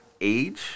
age